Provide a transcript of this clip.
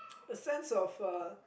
fans of a